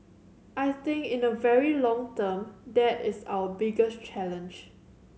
I think in the very long term that is our biggest challenge